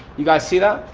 you guys see that?